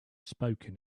spoken